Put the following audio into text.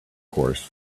course